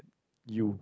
you